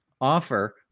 Offer